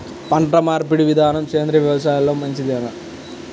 పంటమార్పిడి విధానము సేంద్రియ వ్యవసాయంలో మంచిదేనా?